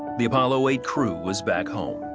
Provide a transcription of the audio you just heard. the apollo eight crew was back home.